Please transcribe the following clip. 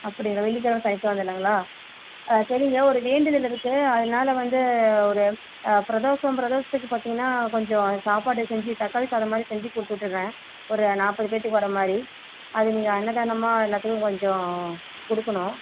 அப்படியாங்க வெள்ளிக்கிழமை சனிக்கிழமை இல்லைங்களா ஆ சரிங்க ஒரு வேண்டுதல் இருக்குது அதனால வந்து ஒரு ஆ பிரதோஷம் பிரதோஷத்துக்கு பார்த்தீங்கன்னா கொஞ்சம் சாப்பாடு செஞ்சு தக்காளி சாதம் மாதிரி செஞ்சு கொடுத்துட்டுறேன் ஒரு நாற்பது பேர்த்துக்கு வரமாதிரி அதை நீங்கள் அன்னதானமாக எல்லாத்துக்கும் கொஞ்சம் கொடுக்கணும்